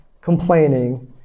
complaining